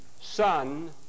Son